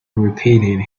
repeated